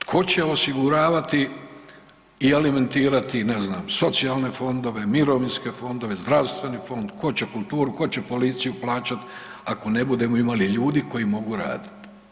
Tko će osiguravati i alimentirati, ne znam, socijalne fondove, mirovinske fondove, zdravstveni fond, tko će kulturu, tko će policiju plaćat ako ne budemo imali ljudi koji mogu radit?